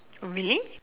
really